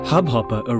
Hubhopper